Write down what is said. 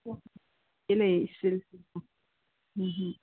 ꯂꯩꯌꯦ ꯂꯩꯌꯦ ꯏꯁꯇꯤꯜ ꯎꯝ